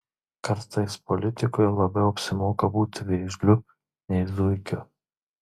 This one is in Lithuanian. kartais politikoje labiau apsimoka būti vėžliu nei zuikiu